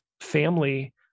family